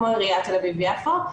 כמו עיריית תל אביב-יפו,